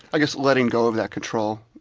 i guess letting go of that control